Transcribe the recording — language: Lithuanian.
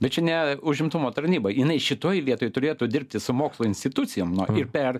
bet čia ne užimtumo tarnyba jinai šitoj vietoj turėtų dirbti su mokslo institucijom na ir per